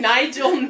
Nigel